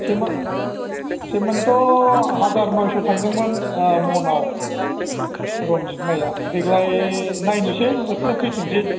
सेमोन सेमोन्थ' हाजार नयस' थांदोंमोन मनाव रन्जित माया देग्लाय नायनोसै बोथोर फैथोंसै